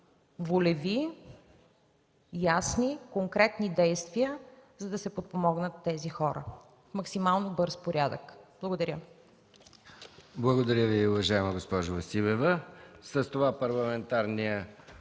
волеви, ясни, конкретни действия, за да се подпомогнат тези хора в максимално бърз порядък. Благодаря. ПРЕДСЕДАТЕЛ МИХАИЛ МИКОВ: Благодаря Ви, уважаема госпожо Василева. С това парламентарният